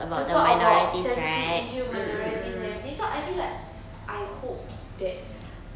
to talk about sensitive issue minorities and everything so I feel like I hope that